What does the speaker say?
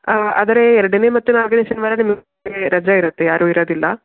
ಆಂ ಆದರೆ ಎರಡನೇ ಮತ್ತು ನಾಲ್ಕನೇ ಶನಿವಾರ ನಮಗೆ ರಜೆ ಇರತ್ತೆ ಯಾರೂ ಇರೋದಿಲ್ಲ